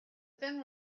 fin